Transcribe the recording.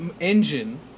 engine